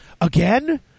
again